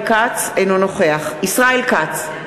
אינו נוכח ישראל כץ,